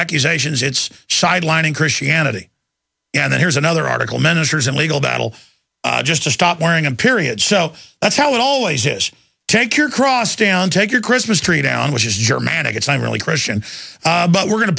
accusations it's sidelining christianity and here's another article ministers in legal battle just to stop wearing a period so that's how it always is take your cross down take your christmas tree down which is germanic it's not really christian but we're going to